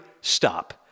stop